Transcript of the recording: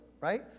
right